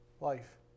life